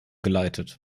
geleitet